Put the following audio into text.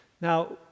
Now